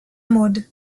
mode